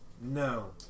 No